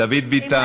דוד ביטן,